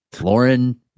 Lauren